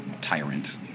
tyrant